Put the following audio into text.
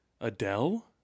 Adele